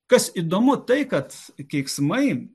kas įdomu tai kad keiksmai